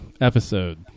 episode